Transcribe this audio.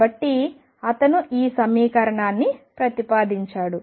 కాబట్టి అతను ఈ సమీకరణాన్ని ప్రతిపాదించాడు